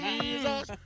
Jesus